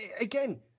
again